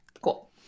cool